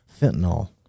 fentanyl